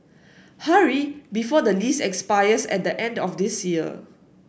hurry before the lease expires at the end of this year